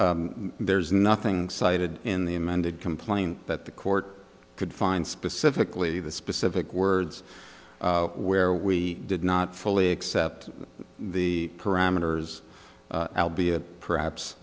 but there's nothing cited in the amended complaint that the court could find specifically the specific words where we did not fully accept the parameters albi it perhaps